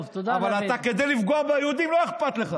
טוב, תודה, אבל כדי לפגוע ביהודים לא אכפת לך.